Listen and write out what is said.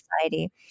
society